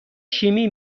شیمی